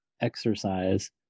exercise